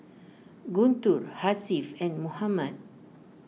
Guntur Hasif and Muhammad